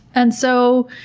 and so,